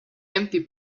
empty